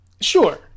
Sure